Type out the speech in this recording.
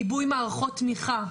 עיבוי מערכות תמיכה,